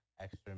extra